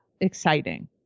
exciting